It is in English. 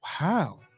Wow